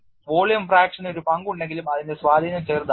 volume ഫ്രാക്ഷന് ഒരു പങ്കുണ്ടെങ്കിലും അതിന്റെ സ്വാധീനം ചെറുതാണ്